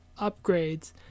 upgrades